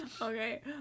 Okay